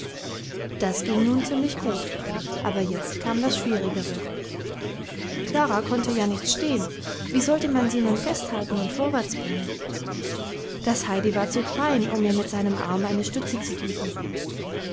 das ging nun ziemlich gut aber jetzt kam das schwierigere klara konnte ja nicht stehen wie sollte man sie nun festhalten und vorwärts bringen das heidi war zu klein um ihr mit seinem arm eine stütze zu bieten